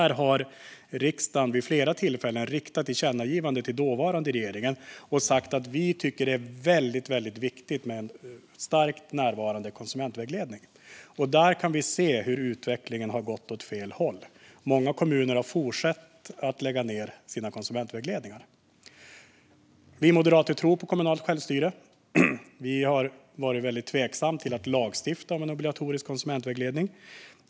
Riksdagen riktade vid flera tillfällen tillkännagivanden till den tidigare regeringen och sa att vi tycker att det är väldigt viktigt med en starkt närvarande konsumentvägledning. Där kan vi se hur utvecklingen har gått åt fel håll. Det är fortfarande så att många kommuner lägger ned sina konsumentvägledningar. Vi moderater tror på kommunalt självstyre. Vi har varit väldigt tveksamma till att lagstifta om obligatorisk konsumentvägledning.